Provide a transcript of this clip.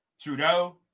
Trudeau